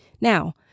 Now